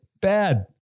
Bad